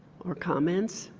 or comments.